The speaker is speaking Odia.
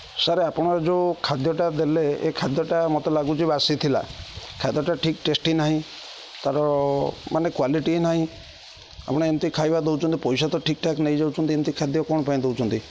ସାର୍ ଆପଣର ଯେଉଁ ଖାଦ୍ୟଟା ଦେଲେ ଏ ଖାଦ୍ୟଟା ମୋତେ ଲାଗୁଛି ବାସି ଥିଲା ଖାଦ୍ୟଟା ଠିକ୍ ଟେଷ୍ଟି ନାହିଁ ତା'ର ମାନେ କ୍ଵାଲିଟି ନାହିଁ ଆପଣ ଏମିତି ଖାଇବା ଦେଉଛନ୍ତି ପଇସା ତ ଠିକ୍ ଠାକ୍ ନେଇ ଯାଉଛନ୍ତି ଏମିତି ଖାଦ୍ୟ କ'ଣ ପାଇଁ ଦଉଛନ୍ତି